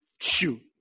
Shoot